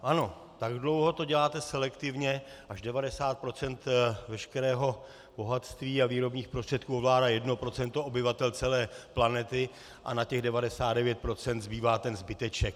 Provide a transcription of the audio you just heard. Ano, tak dlouho to děláte selektivně, až 90 % veškerého bohatství a výrobních prostředků ovládá 1 % obyvatel celé planety a na těch 99 % zbývá ten zbyteček.